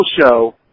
show